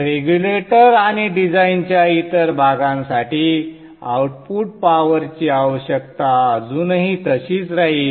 regulator आणि डिझाइनच्या इतर भागांसाठी आउटपुट पॉवरची आवश्यकता अजूनही तशीच राहील